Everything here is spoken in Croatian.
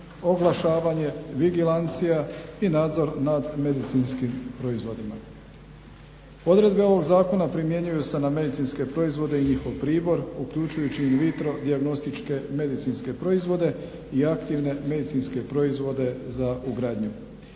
oglašavanje, vigilancija i nadzor nad medicinskim proizvodima. Odredbe ovog zakona primjenjuju se na medicinske proizvode i njihov pribor uključujući in vitro dijagnostičke medicinske proizvode i aktivne medicinske proizvode za ugradnju.